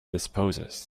disposes